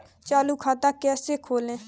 चालू खाता कैसे खोलें?